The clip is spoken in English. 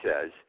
says